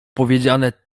powiedziane